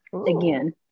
again